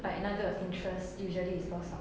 like 那个 interest usually is 多少